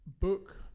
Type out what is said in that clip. book